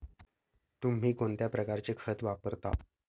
तुम्ही कोणत्या प्रकारचे खत वापरता?